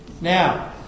Now